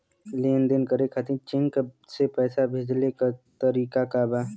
लेन देन करे खातिर चेंक से पैसा भेजेले क तरीकाका बा?